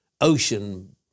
ocean